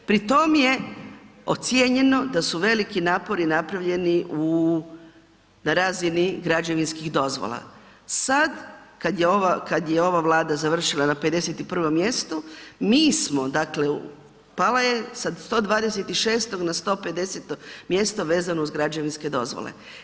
Pri tom je ocjenjeno da su veliki napori napravljeni na razini građevinskih dozvola, sad kad je ova Vlada završila na 51. mjestu, mi smo dakle, pala je sa 126. na 150. mjesto vezano uz građevinske dozvole.